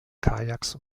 kajaks